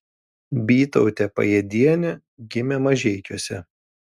bytautė pajėdienė gimė mažeikiuose